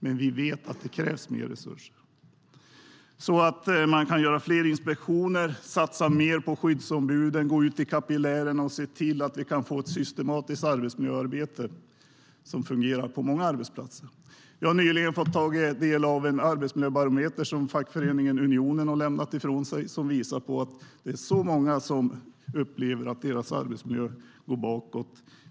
Men vi vet att det krävs mer resurser så att man kan göra fler inspektioner, satsa mer på skyddsombuden och gå ut i kapillärerna och se till att vi kan få ett systematiskt arbetsmiljöarbete som fungerar på många arbetsplatser. Jag har nyligen fått ta del av en arbetsmiljöbarometer som fackföreningen Unionen har lämnat ifrån sig. Den visar att det är många som upplever att deras arbetsmiljö går bakåt.